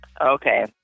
Okay